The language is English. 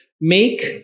make